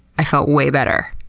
i felt way better.